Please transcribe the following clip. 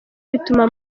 bituma